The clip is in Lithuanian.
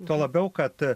tuo labiau kad